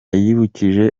yibukije